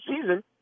season